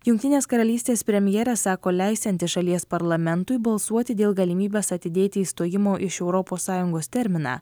jungtinės karalystės premjerė sako leisianti šalies parlamentui balsuoti dėl galimybės atidėti išstojimo iš europos sąjungos terminą